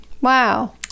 Wow